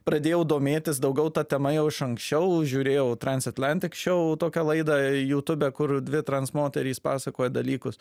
pradėjau domėtis daugiau ta tema jau iš anksčiau žiūrėjau transatlantic show tokią laidą youtube kur dvi trans moterys pasakoja dalykus